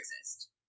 exist